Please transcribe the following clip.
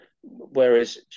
whereas